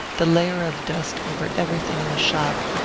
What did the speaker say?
the layer of dust over everything in the shop,